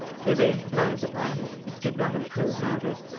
they rained blows upon him, which did not improve matters.